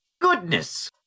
goodness